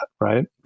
right